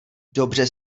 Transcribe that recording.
dobře